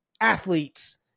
athletes